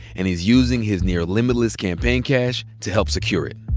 and he's using his near limitless campaign cash to help secure it.